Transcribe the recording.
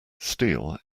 steel